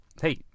hey